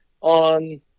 on